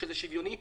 שזה שוויוני,